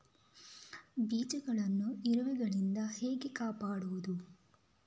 ಬೀಜವನ್ನು ಇರುವೆಗಳಿಂದ ಹೇಗೆ ಕಾಪಾಡುವುದು?